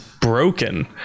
broken